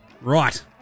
Right